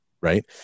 right